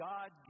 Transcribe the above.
God